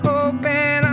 open